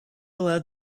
allowed